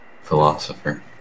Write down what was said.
philosopher